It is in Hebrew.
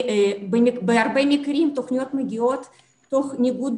בהרבה מקרים תוכניות מגיעות תוך ניגוד